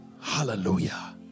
Hallelujah